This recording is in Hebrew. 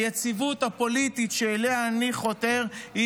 היציבות הפוליטית שאליה אני חותר היא